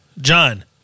John